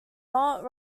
not